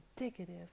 indicative